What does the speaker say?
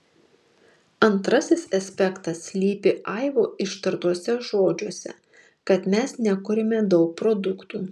antrasis aspektas slypi aivo ištartuose žodžiuose kad mes nekuriame daug produktų